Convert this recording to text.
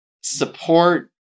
support